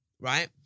right